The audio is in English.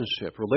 relationship